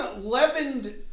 leavened